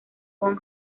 bon